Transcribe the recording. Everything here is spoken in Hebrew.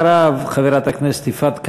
אחריו, חברת הכנסת יפעת קריב,